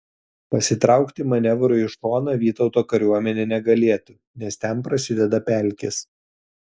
pasitraukti manevrui į šoną vytauto kariuomenė negalėtų nes ten prasideda pelkės